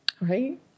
Right